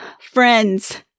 Friends